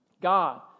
God